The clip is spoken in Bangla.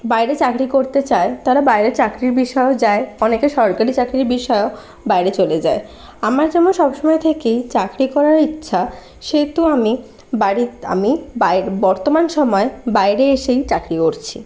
বাইরে চাকরি করতে চায় তারা বাইরে চাকরির বিষয়েও যায় অনেকে সরকারি চাকরির বিষয়েও বাইরে চলে যায় আমরা যেমন সব সময় থেকেই চাকরি করার ইচ্ছা সেহেতু আমি আমি বর্তমান সময়ে বাইরে এসেই চাকরি করছি